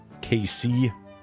KC